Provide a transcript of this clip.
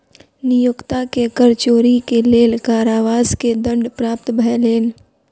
नियोक्ता के कर चोरी के लेल कारावास के दंड प्राप्त भेलैन